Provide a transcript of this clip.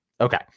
Okay